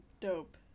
Dope